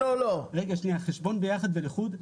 חשבון ביחד ולחוד,